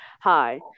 Hi